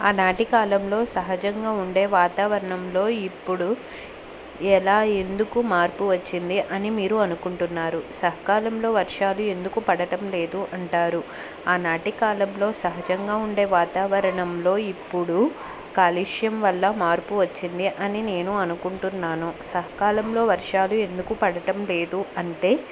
ఆనాటి కాలంలో సహజంగా ఉండే వాతావరణంలో ఇప్పుడు ఎలా ఎందుకు మార్పు వచ్చింది అని మీరు అనుకుంటున్నారు సత్కాలంలో వర్షాలు ఎందుకు పడటం లేదు అంటారు ఆనాటి కాలంలో సహజంగా ఉండే వాతావరణంలో ఇప్పుడు కాలుష్యం వల్ల మార్పు వచ్చింది అని నేను అనుకుంటున్నాను సత్కాలంలో వర్షాలు ఎందుకు పడటం లేదు అంటే